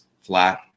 flat